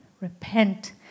Repent